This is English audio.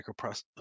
microprocessor